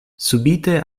subite